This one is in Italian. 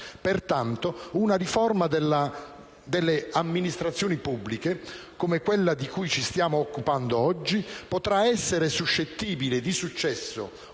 Pertanto, una riforma delle amministrazioni pubbliche, come quella di cui ci stiamo occupando oggi, potrà essere suscettibile di successo